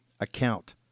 account